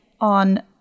on